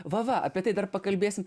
va va apie tai dar pakalbėsim